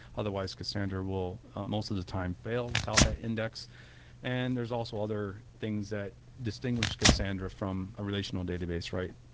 otherwise, cassandra will most of the time fail without that index and there is also other things that distinguish cassandra from a relational database, right?